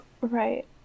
right